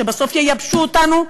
שבסוף ייבשו אותנו,